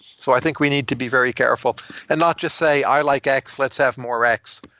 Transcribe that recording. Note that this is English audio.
so i think we need to be very careful and not just say, i like x. let's have more x.